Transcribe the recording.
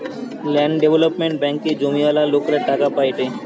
land development ব্যাঙ্কে জমিওয়ালা লোকরা টাকা পায়েটে